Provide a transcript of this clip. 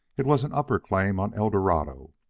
it was an upper claim on eldorado,